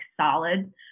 solid